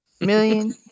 million